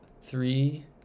three